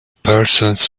persons